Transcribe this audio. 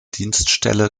dienststelle